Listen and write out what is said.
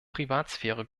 privatsphäre